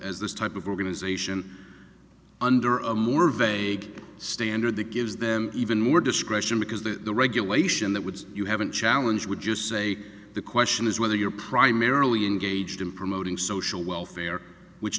as this type of organization under a more vague standard that gives them even more discretion because the regulation that would you have a challenge would you say the question is whether you're primarily engaged in promoting social welfare which